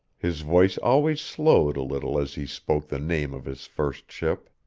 his voice always slowed a little as he spoke the name of his first ship.